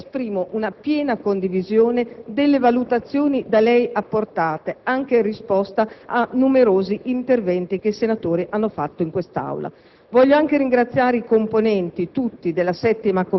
che mi consente di essere molto sintetica giacché esprimo una piena condivisione delle valutazioni da lei apportate, anche in risposta a numerosi interventi che i senatori hanno svolto in quest'Aula.